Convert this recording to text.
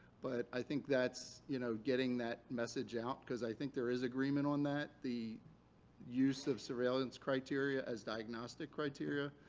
but i think that's you know getting that message out, because i think there is agreement on that, the use of surveillance criteria as diagnostic criteria.